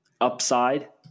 upside